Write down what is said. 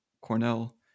Cornell